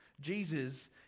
Jesus